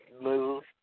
move